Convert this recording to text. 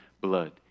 blood